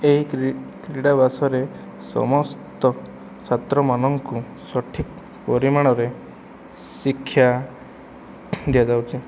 ଏହି କ୍ରୀ କ୍ରୀଡ଼ାବାସରେ ସମସ୍ତ ଛାତ୍ରମାନଙ୍କୁ ସଠିକ ପରିମାଣରେ ଶିକ୍ଷା ଦିଆଯାଉଛି